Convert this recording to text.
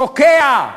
שוקע.